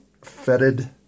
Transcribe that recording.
fetid